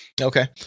Okay